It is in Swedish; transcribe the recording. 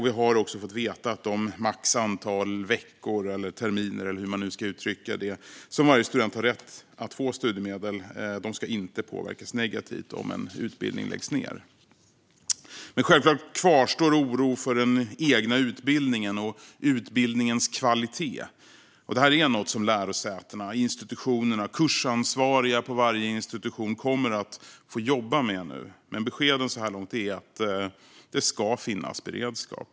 Vi har också fått veta att det antal veckor eller terminer som varje student har rätt att få studiemedel inte ska påverkas negativt om en utbildning läggs ned. Självklart kvarstår dock oron för den egna utbildningen och utbildningens kvalitet. Det är något som lärosätena, institutionerna och de kursansvariga på varje institution kommer att få jobba med nu. Men beskedet så här långt är att det ska finnas beredskap.